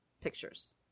pictures